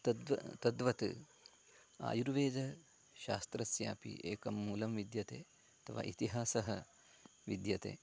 तद्व तद्वत् आयुर्वेदशास्त्रस्यापि एकं मूलं विद्यते अथवा इतिहासः विद्यते